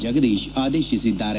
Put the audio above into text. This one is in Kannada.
ಜಗದೀಶ್ ಆದೇಶಿಸಿದ್ದಾರೆ